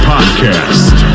Podcast